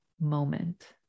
moment